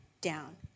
down